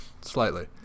slightly